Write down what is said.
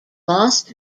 lost